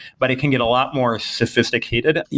but it can get a lot more sophisticated,